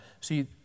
See